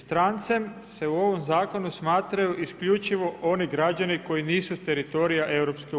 Strancem se u ovom zakonu smatraju isključivo oni građani koji nisu s teritorija EU.